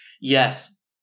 Yes